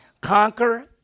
conquer